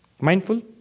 mindful